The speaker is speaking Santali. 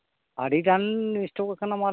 ᱟᱹᱰᱤᱜᱟᱱ ᱥᱴᱚᱠ ᱟᱠᱟᱱᱟ ᱢᱟᱞ